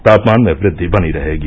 तापमान में वृद्वि बनी रहेगी